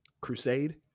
crusade